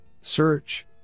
search